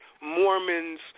Mormons